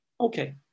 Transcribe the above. Okay